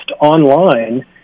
online